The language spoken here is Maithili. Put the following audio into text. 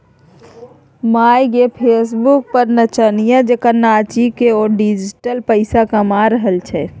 माय गे फेसबुक पर नचनिया जेंका नाचिकए ओ डिजिटल पैसा कमा रहल छै